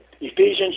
Ephesians